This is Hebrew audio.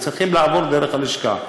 צריכים לעבור דרך הלשכה.